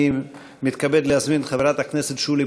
אני מתכבד להזמין את חברת הכנסת שולי